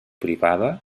privada